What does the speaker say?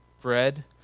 bread